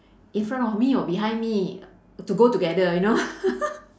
in front of me or behind me to go together you know